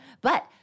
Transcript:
But-